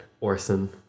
Orson